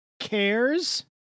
Cares